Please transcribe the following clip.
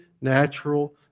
natural